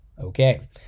Okay